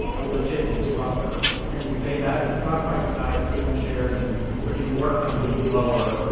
a legit disruptor. can we say that its stock price is high, it's driven shares in brick-and-mortar companies lower?